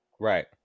Right